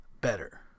better